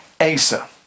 Asa